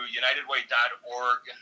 unitedway.org